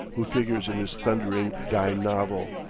who figures in this thundering dime-novel?